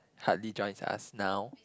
hardly joins us now